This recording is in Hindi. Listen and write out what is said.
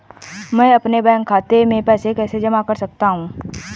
मैं अपने बैंक खाते में पैसे कैसे जमा कर सकता हूँ?